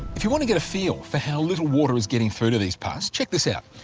if you want to get a feel for how little water is getting through to these parts, check this out,